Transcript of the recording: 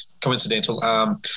coincidental